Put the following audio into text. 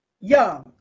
young